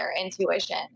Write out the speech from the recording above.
intuition